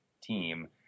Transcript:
team